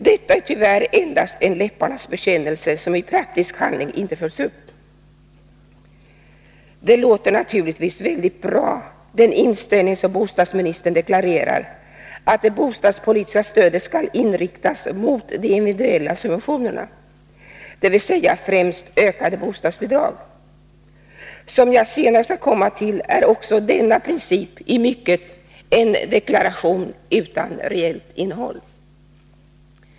Detta är tyvärr endast en läpparnas bekännelse, som i praktisk handling inte följs upp. Den låter naturligtvis väldigt bra, den inställning som bostadsministern deklarerar, att det bostadspolitiska stödet skall inriktas mot de individuella subventionerna, dvs. främst ökade bostadsbidrag. Som jag senare skall komma till är också denna princip i mycket en deklaration utan reellt innehåll.